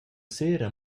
sera